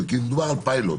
כי מדובר על פילוט.